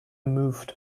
moved